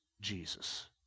Jesus